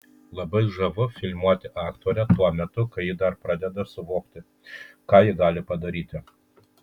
labai žavu filmuoti aktorę tuo metu kai ji dar tik pradeda suvokti ką ji gali padaryti